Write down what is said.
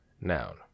Noun